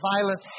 violence